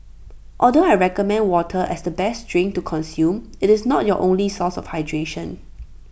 although I recommend water as the best drink to consume IT is not your only source of hydration